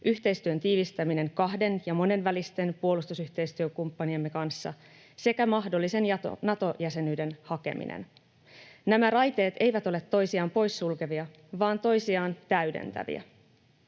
yhteistyön tiivistäminen kahden- ja monenvälisten puolustusyhteistyökumppaniemme kanssa sekä mahdollisen Nato-jäsenyyden hakeminen. Nämä raiteet eivät ole toisiaan poissulkevia vaan toisiaan täydentäviä.